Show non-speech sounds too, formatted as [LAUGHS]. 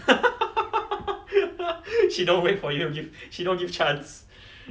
[LAUGHS] she don't wait for you give she don't give chance